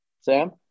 Sam